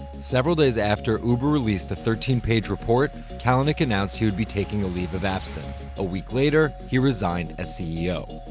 several days after uber released the thirteen page report, kalanick announced he would be taking a leave of absence. a week later, he resigned as ceo.